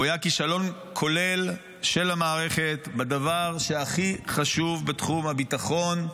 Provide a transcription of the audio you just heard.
הוא היה כישלון כולל של המערכת בדבר שהכי חשוב בתחום הביטחון,